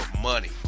money